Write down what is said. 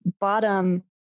bottom